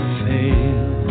fail